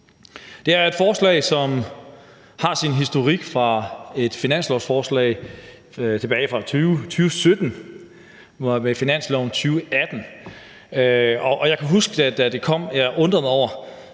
Det er et forslag, som har sin historik fra et finanslovforslag tilbage fra 2017, det må have været i forhold til finansloven 2018. Og jeg kan huske, da det kom, at jeg undrede mig over,